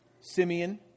Simeon